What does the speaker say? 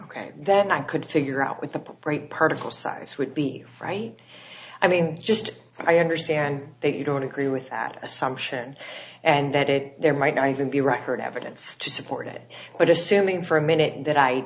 ok then i could figure out with appropriate particle size would be right i mean just i understand that you don't agree with that assumption and that it there might not even be record evidence to support it but assuming for a minute that i